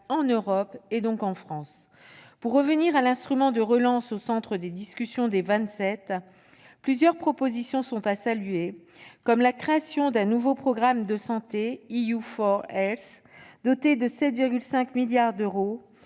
en Europe et, donc, en France. Pour revenir à l'instrument de relance au centre des discussions des Vingt-Sept, plusieurs propositions doivent être saluées, comme la création d'un nouveau programme de santé,, doté de 7,5 milliards d'euros